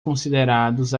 considerados